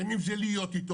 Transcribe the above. בין אם זה להיות איתו,